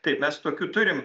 taip mes tokių turim